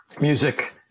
Music